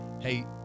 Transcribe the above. hey